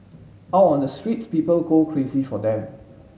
out on the streets people go crazy for them